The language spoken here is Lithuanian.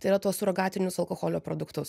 tai yra tuos surogatinius alkoholio produktus